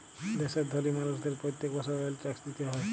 দ্যাশের ধলি মালুসদের প্যত্তেক বসর ওয়েলথ ট্যাক্স দিতে হ্যয়